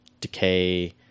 decay